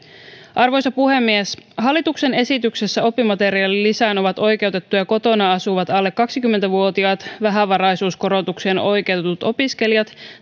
arvoisa puhemies hallituksen esityksessä oppimateriaalilisään ovat oikeutettuja kotona asuvat alle kaksikymmentä vuotiaat vähävaraisuuskorotukseen oikeutetut opiskelijat